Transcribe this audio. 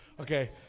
Okay